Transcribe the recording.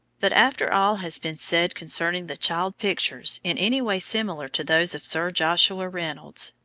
but after all has been said concerning the child pictures in any way similar to those of sir joshua reynolds,